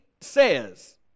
says